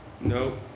Nope